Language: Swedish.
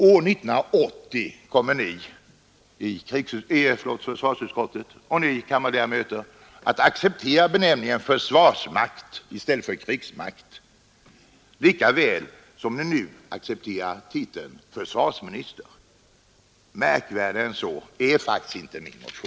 År 1980 kommer ni i krigsut-, förlåt, försvarsutskottet och ni kammarledamöter att acceptera benämningen försvarsmakt i stället för krigsmakt, lika väl som ni nu accepterar titeln försvarsminister. Märkvärdigare än så är faktiskt inte min motion.